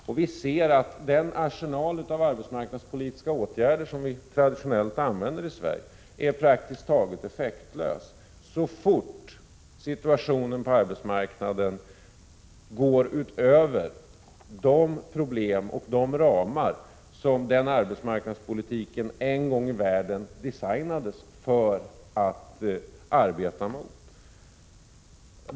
Och vi ser att den arsenal av arbetsmarknadspolitiska åtgärder som vi traditionellt använder i Sverige är praktiskt taget effektlös så fort situationen på arbetsmarknaden går utöver de problem och de ramar som arbetsmarknadspolitiken en gång i världen designades för att motarbeta.